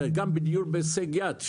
וגם בדיור בהישג יד,